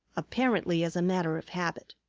apparently as a matter of habit.